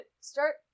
start